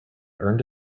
earned